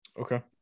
Okay